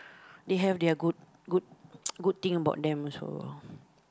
they have their good good thing about them also